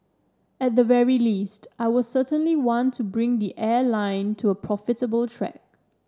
at the very least I will certainly want to bring the airline to a profitable track